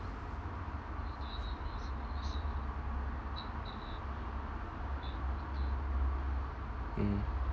mm